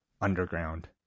underground